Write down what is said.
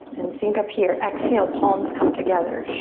and sync up here. exhale, palms come together.